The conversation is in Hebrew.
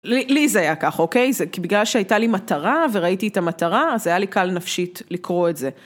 לי זה היה ככה, אוקיי? זה בגלל שהייתה לי מטרה וראיתי את המטרה, אז היה לי קל נפשית לקרוא את זה.